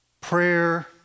prayer